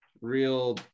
real